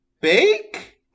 bake